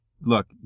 look